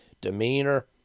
demeanor